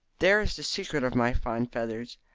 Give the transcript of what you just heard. there is the secret of my fine feathers.